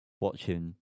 watching